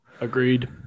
Agreed